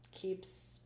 keeps